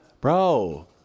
bro